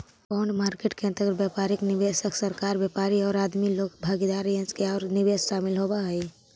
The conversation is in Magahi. बॉन्ड मार्केट के अंतर्गत व्यापारिक निवेशक, सरकार, व्यापारी औउर आदमी लोग भागीदार के अंश औउर निवेश शामिल होवऽ हई